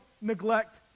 neglect